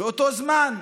באותו זמן.